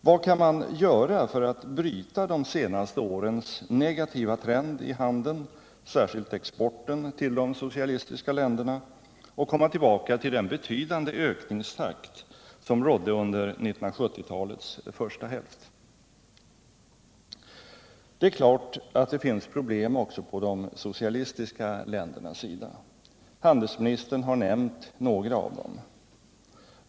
Vad kan man göra för att bryta de senaste årens negativa trend i handeln, särskilt exporten till de socialistiska länderna, och komma tillbaka till den betydande ökningstakt som rådde under 1970 talets första hälft? Det är klart att det finns problem också på de socialistiska ländernas sida. Handelsministern har nämnt några av dem.